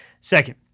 Second